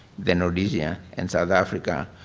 then rhodesia, and south africa,